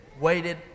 waited